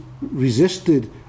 resisted